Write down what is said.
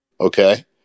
Okay